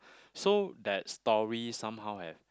so that story somehow have